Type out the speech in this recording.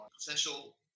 potential